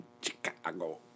Chicago